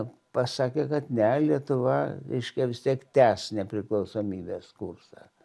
pasakė kad ne lietuva reiškia vis tiek tęs nepriklausomybės kursą